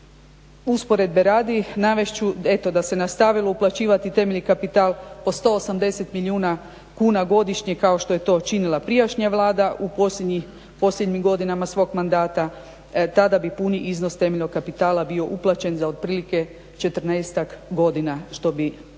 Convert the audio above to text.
Usporedbe radi navest ću eto da se nastavilo uplaćivati temeljni kapital po 180 milijuna kuna godišnje kao što je to činila prijašnja Vlada u posljednjim godinama svog mandata, tada bi puni iznos temeljnog kapitala bio uplaćen za otprilike 14-tak godina što bi razumije